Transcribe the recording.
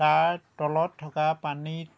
তাৰ তলত থকা পানীত